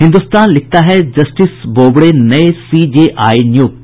हिन्दुस्तान लिखता है जस्टिस बोबड़े नये सीजेआई नियुक्त